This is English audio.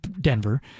Denver